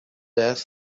death